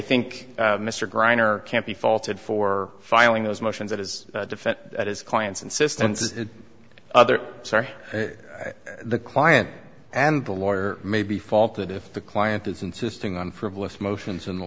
think mr greiner can't be faulted for filing those motions at his defense at his client's insistence that other sorry the client and the lawyer may be faulted if the client is insisting on frivolous motions and the